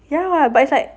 ya lah but it's like